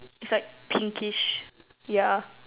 it's like pinkish ya